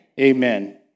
Amen